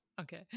Okay